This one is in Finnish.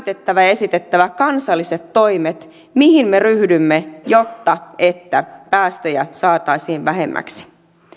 näytettävä esitettävä kansalliset toimet mihin me ryhdymme jotta päästöjä saataisiin vähemmäksi